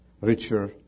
richer